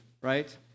right